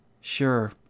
Sure